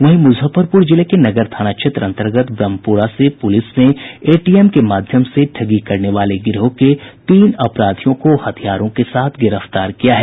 वहीं मुजफ्फरपुर जिले के नगर थाना क्षेत्र अन्तर्गत ब्रह्मपुरा से पुलिस ने एटीएम के माध्यम से ठगी करने वाले गिरोह के तीन अपराधियों को हथियारों के साथ गिरफ्तार किया है